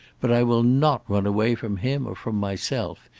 but i will not run away from him or from myself.